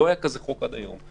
לא היה כזה חוק עד היום,